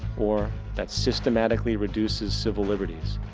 or that systematicly reduces several libertys,